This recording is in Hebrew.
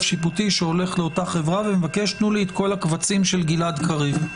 שיפוטי שהולך לאותה חברה ומבקש: תנו לי את כל הקבצים של גלעד קריב,